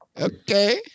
Okay